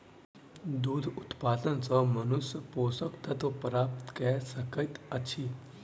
दूध उत्पाद सॅ मनुष्य पोषक तत्व प्राप्त कय सकैत अछि